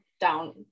down